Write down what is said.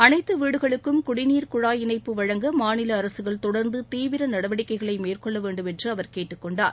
அனைத்து வீடுகளுக்கும் குடிநீர் குழாய் இணைப்பு வழங்க மாநில அரசுகள் தொடர்ந்து தீவிர நடவடிக்கைகளை மேற்கொள்ள வேண்டும் என்று அவர் கேட்டுக் கொண்டார்